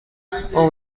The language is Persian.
امیدوارم